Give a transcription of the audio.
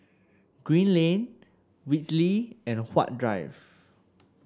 Green Lane Whitley and Huat Drive